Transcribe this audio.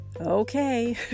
Okay